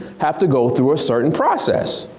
have to go through a certain process